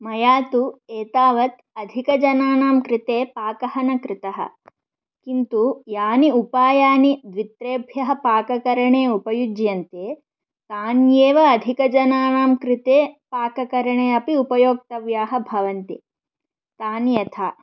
मया तु एतावत् अधिकजनानां कृते पाकः न कृतः किन्तु यानि उपायानि द्वित्रेभ्यः पाककरणे उपयुज्यन्ते तान्येव अधिकजनानां कृते पाककरणे अपि उपयोक्तव्याः भवन्ति तानि यथा